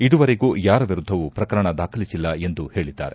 ಇದುವರೆಗೂ ಯಾರ ವಿರುದ್ದವೂ ಪ್ರಕರಣ ದಾಖಲಿಸಿಲ್ಲ ಎಂದು ಹೇಳಿದ್ದಾರೆ